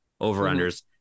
over-unders